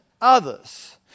others